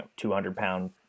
200-pound